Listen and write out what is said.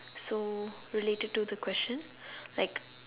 so related to the question like